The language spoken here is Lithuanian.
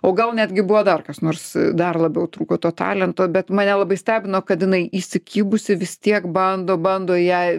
o gal netgi buvo dar kas nors dar labiau trūko to talento bet mane labai stebino kad jinai įsikibusi vis tiek bando bando jai